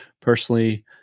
personally